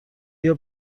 ایا